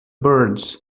birds